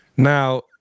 Now